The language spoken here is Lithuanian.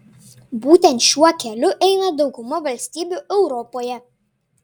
būtent šiuo keliu eina dauguma valstybių europoje